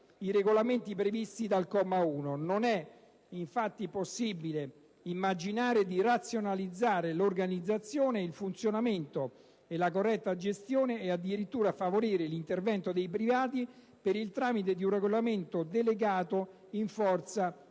Non è infatti possibile immaginare di razionalizzare l'organizzazione, il funzionamento, la corretta gestione e, addirittura, favorire l'intervento dei privati per il tramite di un regolamento delegato in forza